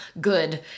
good